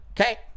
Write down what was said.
Okay